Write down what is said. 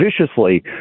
viciously